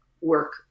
work